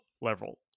level